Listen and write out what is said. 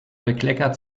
bekleckert